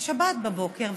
שבת בבוקר.